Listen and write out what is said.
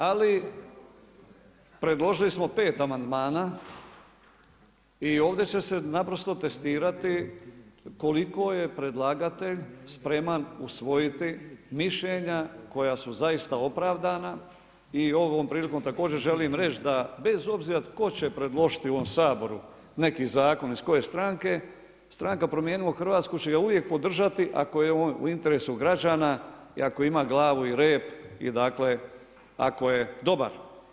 Ali predložili smo pet amandmana i ovdje će se naprosto testirati koliko je predlagatelj spreman usvojiti mišljenja koja su zaista opravdana i ovom prilikom također želim reći da bez obzira tko će predložiti u ovom Saboru neki zakon iz koje stranke, stranka Promijenimo Hrvatsku će ga uvijek podržati ako je on u interesu građana i ako ima glavu i rep i ako je dobar.